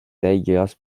tigers